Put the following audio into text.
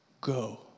Go